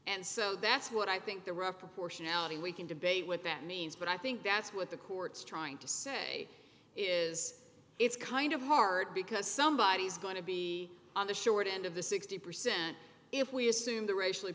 and so that's what i think the rough proportionality we can debate what that means but i think that's what the court's trying to say is it's kind of hard because somebody is going to be on the short end of the sixty percent if we assume the racially